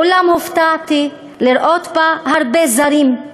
אולם הופתעתי לראות בה הרבה זרים,